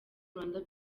rwanda